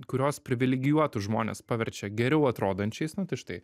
kurios privilegijuotus žmones paverčia geriau atrodančiais nu tai štai